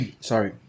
Sorry